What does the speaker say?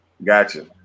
gotcha